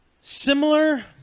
Similar